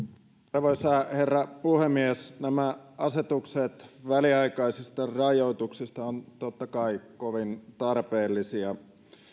arvoisa herra puhemies nämä asetukset väliaikaisista rajoituksista ovat totta kai kovin tarpeellisia